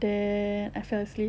then I fell asleep